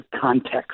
context